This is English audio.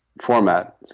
Format